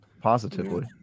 positively